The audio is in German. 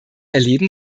erleben